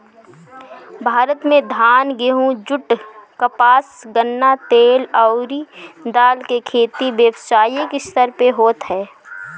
भारत में धान, गेंहू, जुट, कपास, गन्ना, तेल अउरी दाल के खेती व्यावसायिक स्तर पे होत ह